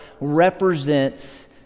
represents